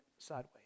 sideways